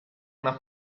una